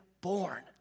born